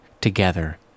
together